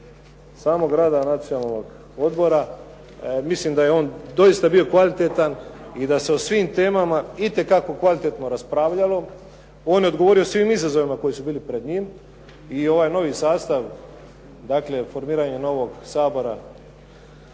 samog rada Nacionalnog odbora mislim da je on doista bio kvalitetan i da se o svim temama itekako kvalitetno raspravljalo. On je odgovorio svim izazovima koji su bili pred njim i ovaj novi sastav, dakle formiranje novog Sabora